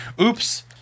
oops